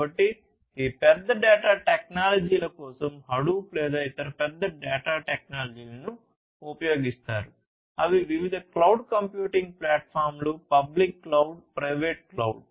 కాబట్టి ఈ పెద్ద డేటా టెక్నాలజీల కోసం హడూప్ లేదా ఇతర పెద్ద డేటా టెక్నాలజీలను ఉపయోగిస్తారు అవి వివిధ క్లౌడ్ కంప్యూటింగ్ ప్లాట్ఫాంలు పబ్లిక్ క్లౌడ్ ప్రైవేట్ క్లౌడ్